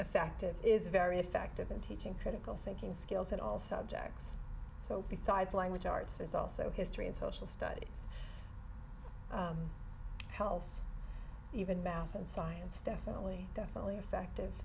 effective is very effective in teaching critical thinking skills in all subjects so besides language arts it's also history and social studies health even math and science definitely definitely effective